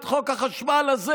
את חוק החשמל הזה,